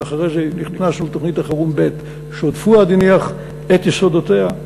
ואחרי זה נכנסנו לתוכנית החירום ב' שעוד פואד הניח את יסודותיה.